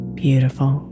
beautiful